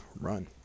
Run